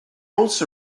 also